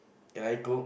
can I cook